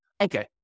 Okay